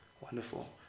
wonderful